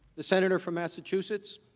the senator from massachusetts.